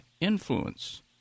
influence